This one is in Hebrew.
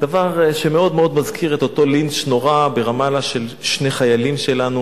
דבר שמאוד מזכיר את אותו לינץ' נורא ברמאללה של שני חיילים שלנו.